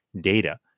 data